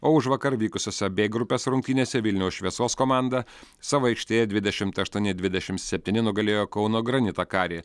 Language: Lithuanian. o užvakar vykusiose b grupės rungtynėse vilniaus šviesos komanda savo aikštėje dvidešimt aštuoni dvidešimt septyni nugalėjo kauno granitą karį